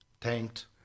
Tanked